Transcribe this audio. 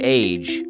age